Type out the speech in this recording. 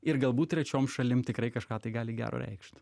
ir galbūt trečiom šalim tikrai kažką tai gali gero reikšt